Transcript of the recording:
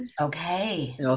Okay